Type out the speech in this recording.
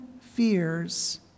fears